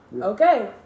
Okay